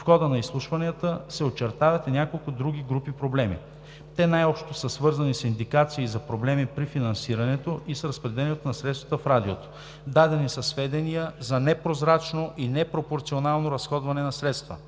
В хода на изслушванията се очертават и няколко други групи проблеми. Те най-общо са свързани с индикации за проблеми при финансирането и с разпределянето на средствата в Радиото. Дадени са сведения за непрозрачно и непропорционално разходване на средства.